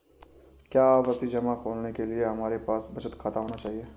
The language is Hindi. क्या आवर्ती जमा खोलने के लिए हमारे पास बचत खाता होना चाहिए?